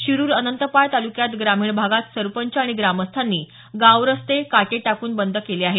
शिरूर अनंतपाळ तालुक्यात ग्रामीण भागात सरपंच आणि ग्रामस्थांनी गाव रस्ते काटे टाकून बंद केले आहेत